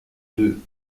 deux